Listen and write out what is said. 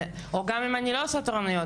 וגם אם אני לא עושה תורנויות,